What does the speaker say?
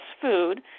food